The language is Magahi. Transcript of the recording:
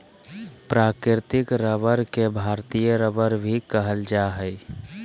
प्राकृतिक रबर के भारतीय रबर भी कहल जा हइ